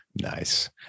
Nice